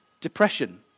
depression